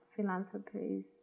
philanthropies